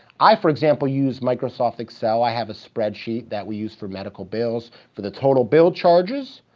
i, for example, use microsoft excel, i have a spreadsheet that we use for medical bills for the total bill charges,